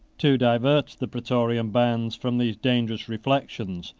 to divert the praetorian bands from these dangerous reflections,